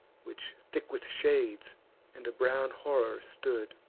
which thick with shades and a brown horror stood